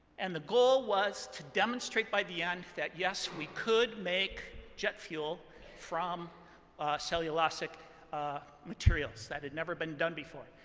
and the goal was to demonstrate by the end that, yes, we could make jet fuel from cellulosic materials. that had never been done before.